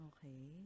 Okay